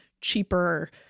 cheaper